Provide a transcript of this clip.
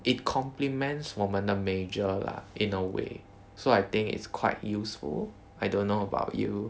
it compliments 我们的 major lah in a way so I think it's quite useful I don't know about you